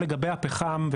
לגבי הפחם,